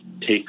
take